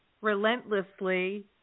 relentlessly